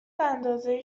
اندازه